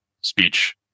Speech